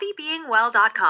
happybeingwell.com